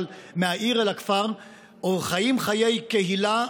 מהעיר אל הכפר או חיים חיי קהילה,